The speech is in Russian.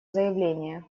заявление